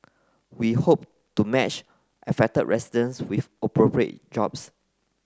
we hope to match affected residents with appropriate jobs